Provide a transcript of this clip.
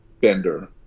Bender